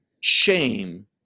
shame